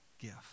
gift